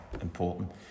important